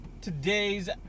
today's